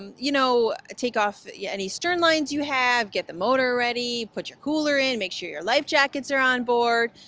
and you know, take off yeah any stern lines you have, get the motor ready, put your cooler in, make sure your life jackets are on board.